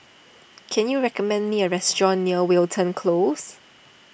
can you recommend me a restaurant near Wilton Close